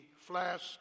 flask